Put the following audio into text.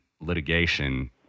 litigation